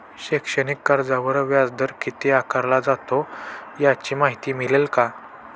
शैक्षणिक कर्जावर व्याजदर किती आकारला जातो? याची माहिती मिळेल का?